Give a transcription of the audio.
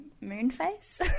moonface